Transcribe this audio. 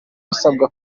basabwe